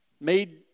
made